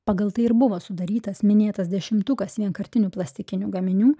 pagal tai ir buvo sudarytas minėtas dešimtukas vienkartinių plastikinių gaminių